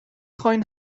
خواین